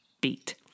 beat